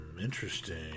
Interesting